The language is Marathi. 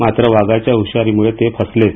मात्र वाघाच्या ह्वशारीमुळे ते फसलेच